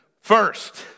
First